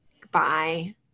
goodbye